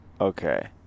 okay